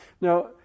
Now